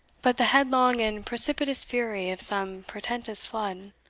but the headlong and precipitous fury of some portentous flood.